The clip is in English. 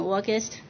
August